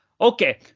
Okay